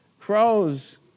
crows